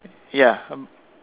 ya